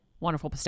Wonderful